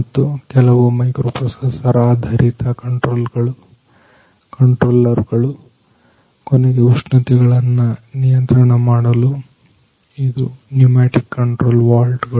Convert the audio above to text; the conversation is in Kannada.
ಮತ್ತು ಕೆಲವು ಮೈಕ್ರೊಪ್ರೊಸೆಸರ್ ಆಧರಿತ ಕಂಟ್ರೋಲರ್ ಗಳು ಕೊನೆಗೆ ಉಷ್ಣತೆ ಗಳನ್ನು ನಿಯಂತ್ರಣ ಮಾಡಲು ಇದು ನ್ಯೂಮ್ಯಾಟಿಕ್ ಕಂಟ್ರೋಲ್ ವಾಲ್ವ್ ಗಳು